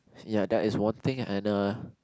ya that is one thing and a